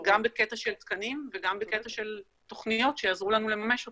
גם בקטע של תקנים וגם בקטע של מדינות שיעזרו לנו לממש אותם.